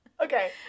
Okay